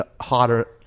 hotter